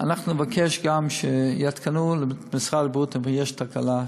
אנחנו נבקש גם שיעדכנו את משרד הבריאות כשיש תקלה,